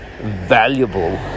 valuable